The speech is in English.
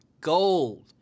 Gold